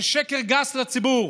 זה שקר גס לציבור.